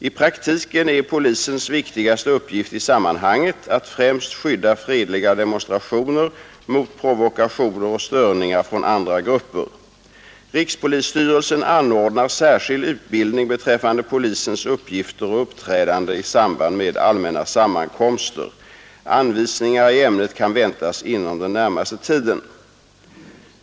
I praktiken är polisens viktigaste uppgift i sammanhanget att främst skydda fredliga demonstrationer mot provokationer och störningar från andra grupper. Rikspolisstyrelsen anordnar särskild utbildning beträffande polisens uppgifter och uppträdande i samband med allmänna sammankomster. Anvisningar i ämnet kan väntas inom den närmaste tiden.